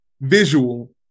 visual